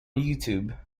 youtube